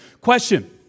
Question